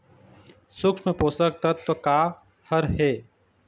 सूक्ष्म पोषक तत्व का हर हे?